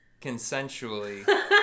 consensually